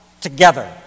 together